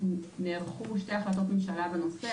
נערכו שני החלטות ממשלה בנושא,